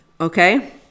okay